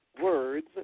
words